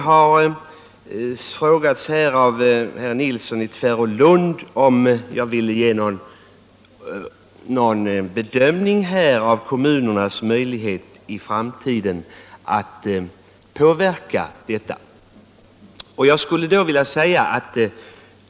Herr Nilsson i Tvärålund har frågat om jag vill göra någon bedömning av kommunernas möjlighet i framtiden att påverka dessa frågor.